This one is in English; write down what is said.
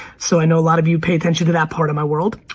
so, i know a lot of you pay attention to that part of my world.